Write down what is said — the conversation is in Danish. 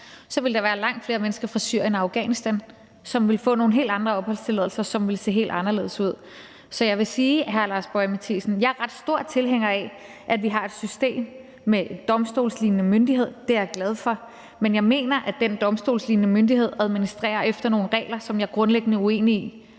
så ville der være langt flere mennesker fra Syrien og Afghanistan, som ville få nogle helt andre opholdstilladelser, som ville se helt anderledes ud. Så jeg vil sige til hr. Lars Boje Mathiesen, at jeg er ret stor tilhænger af, at vi har et system med en domstolslignende myndighed – det er jeg glad for – men jeg mener, at den domstolslignende myndighed administrerer efter nogle regler, som jeg grundlæggende er uenig i.